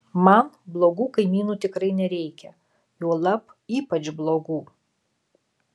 man blogų kaimynų tikrai nereikia juolab ypač blogų